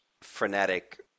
frenetic